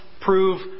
prove